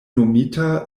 nomita